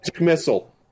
missile